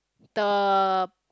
the